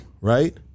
right